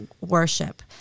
Worship